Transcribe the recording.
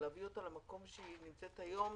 ולהביא אותה למקום בו היא נמצאת היום,